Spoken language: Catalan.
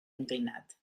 inclinat